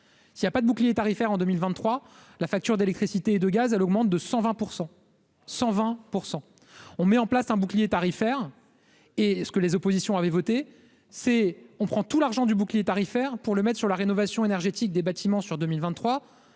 Il n'y a pas de bouclier tarifaire en 2023 la facture d'électricité et de gaz à augmente de 120 % 120 % on met en place un bouclier tarifaire est ce que les oppositions avaient voté, c'est on prend tout l'argent du bouclier tarifaire pour le mette sur la rénovation énergétique des bâtiments, sur 2023,